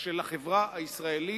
של החברה הישראלית,